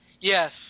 Yes